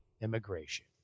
immigration